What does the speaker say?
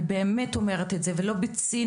אני באמת אומרת את זה ולא בציניות,